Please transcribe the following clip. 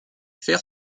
faire